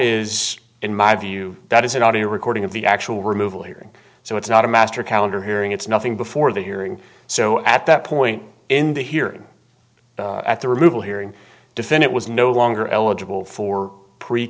is in my view that is an audio recording of the actual removal hearing so it's not a master calendar hearing it's nothing before the hearing so at that point in the hearing at the removal hearing definit was no longer eligible for pre